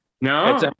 No